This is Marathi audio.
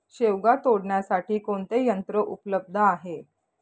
शेवगा तोडण्यासाठी कोणते यंत्र उपलब्ध आहे?